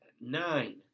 Nine